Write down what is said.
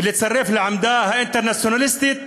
ולהצטרף לעמדה האינטרנציונליסטית